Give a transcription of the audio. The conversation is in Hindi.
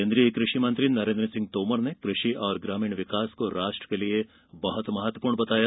कोन्द्रीय कृषि मंत्री नरेन्द्र सिंह तोमर ने कृषि और ग्रामीण विकास को राष्ट्र के लिये बहत महत्वपूर्ण बताया